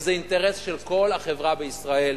וזה אינטרס של כל החברה בישראל.